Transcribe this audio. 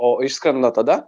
o išskrenda tada